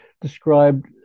described